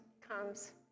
comes